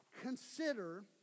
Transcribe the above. Consider